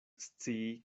scii